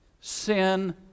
sin